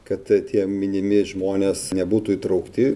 kad tie minimi žmonės nebūtų įtraukti